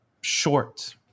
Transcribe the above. short